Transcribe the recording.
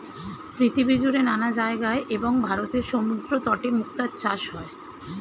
পৃথিবীজুড়ে নানা জায়গায় এবং ভারতের সমুদ্রতটে মুক্তার চাষ হয়